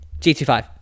G25